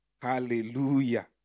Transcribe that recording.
Hallelujah